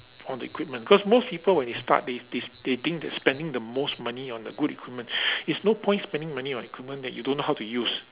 on the equipment cause most people when they start they they they think that spending the most money on the good equipment is no point spending money on the equipment that you don't know how to use